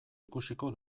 ikusiko